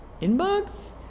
inbox